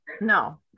no